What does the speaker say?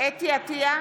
חוה אתי עטייה,